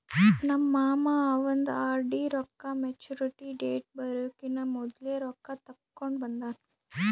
ನಮ್ ಮಾಮಾ ಅವಂದ್ ಆರ್.ಡಿ ರೊಕ್ಕಾ ಮ್ಯಚುರಿಟಿ ಡೇಟ್ ಬರಕಿನಾ ಮೊದ್ಲೆ ರೊಕ್ಕಾ ತೆಕ್ಕೊಂಡ್ ಬಂದಾನ್